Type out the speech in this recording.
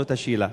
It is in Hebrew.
זאת השאלה.